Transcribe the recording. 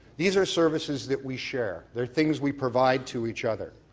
these are services that we share. they're things we provide to each other.